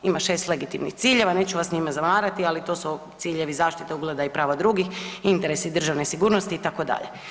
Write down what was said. Ima 6 legitimnih ciljeva, neću vas njima zamarati, ali to su ciljevi zaštite ugleda i prava drugih, interesi državne sigurnosti, itd.